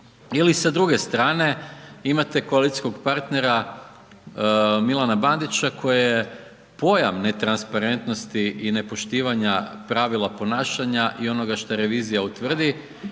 Ili sa druge strane, imate koalicijskog partnera Milana Bandića koji je pojam netransparentnosti i nepoštivanja pravila ponašanja i onoga što revizija utvrdi